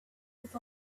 with